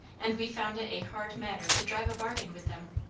and we found it a hard matter to drive a bargain with them.